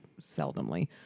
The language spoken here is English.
seldomly